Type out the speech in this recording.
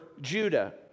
Judah